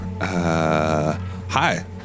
Hi